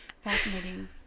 fascinating